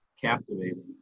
captivating